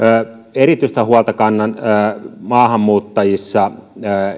erityistä huolta kannan maahanmuuttajissa